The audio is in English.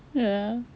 ya